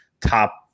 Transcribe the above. top